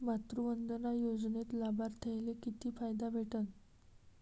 मातृवंदना योजनेत लाभार्थ्याले किती फायदा भेटन?